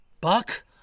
Buck